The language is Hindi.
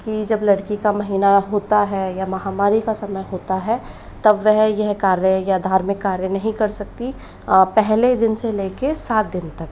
कि जब लड़की का महीना होता है या महावारी का समय होता है तब वे ये कार्य या धार्मिक कार्य नहीं कर सकतीं और पहले दिन से लेकर सात दिन तक